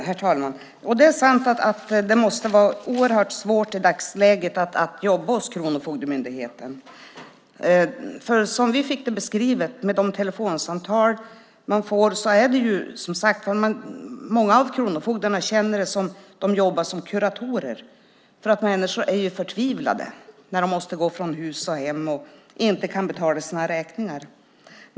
Herr talman! Det är sant att det måste vara oerhört svårt i dagsläget att jobba hos Kronofogdemyndigheten. Som vi fick det beskrivet känner många av kronofogdarna som att de jobbar som kuratorer med de telefonsamtal de får. Människor är förtvivlade när de måste gå från hus och hem och inte kan betala sina räkningar.